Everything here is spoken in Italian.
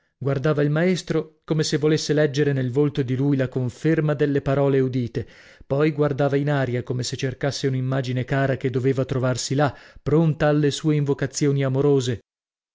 guardava il maestro come se volesse leggere nel volto di lui la conferma delle parole udite poi guardava in aria come se cercasse un'immagine cara che doveva trovarsi là pronta alle sue invocazioni amorose